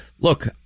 Look